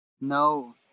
No